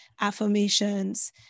affirmations